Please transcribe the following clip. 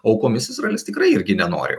aukomis izraelis tikrai irgi nenori